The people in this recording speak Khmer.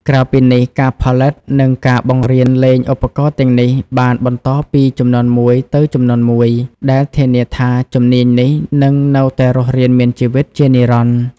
ក្រៅពីនេះ ការផលិត និងការបង្រៀនលេងឧបករណ៍ទាំងនេះ បានបន្តពីជំនាន់មួយទៅជំនាន់មួយ ដែលធានាថាជំនាញនេះនឹងនៅតែរស់រានមានជីវិតជានិរន្តរ៍។